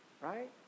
right